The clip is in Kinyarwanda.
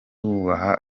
wubaha